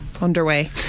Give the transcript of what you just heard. underway